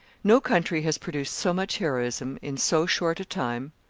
no country has produced so much heroism in so short a time,